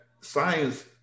science